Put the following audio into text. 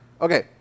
okay